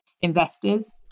investors